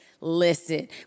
Listen